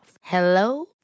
Hello